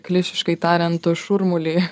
klišiškai tariant šurmulį